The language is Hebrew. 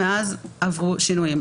-- אבל מאז עברו שינויים.